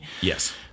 Yes